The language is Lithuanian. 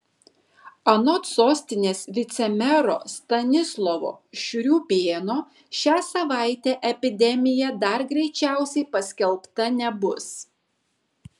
anot sostinės vicemero stanislovo šriūbėno šią savaitę epidemija dar greičiausiai paskelbta nebus